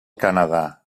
canadà